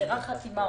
שחסרה חתימה-